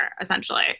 essentially